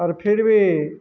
ଆର୍ ଫିର୍ ବି